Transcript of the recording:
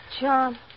John